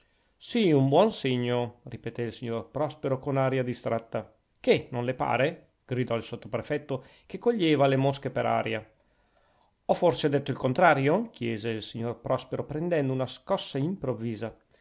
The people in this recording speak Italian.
sì un buon segno ripetè il signor prospero con aria distratta che non le pare gridò il sottoprefetto che coglieva le mosche per aria ho forse detto il contrario chiese il signor prospero prendendo una scossa improvvisa